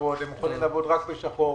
לעבוד רק בשחור.